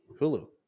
Hulu